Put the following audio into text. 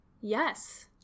Yes